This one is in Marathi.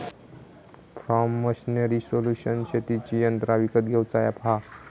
फॉर्म मशीनरी सोल्यूशन शेतीची यंत्रा विकत घेऊचा अॅप हा